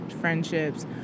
friendships